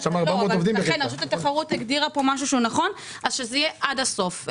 רשות התחרות הגדירה פה משהו נכון - שזה יהיה עד הסוף.